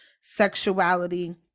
Sexuality